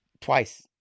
Twice